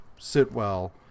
Sitwell